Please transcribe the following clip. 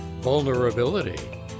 vulnerability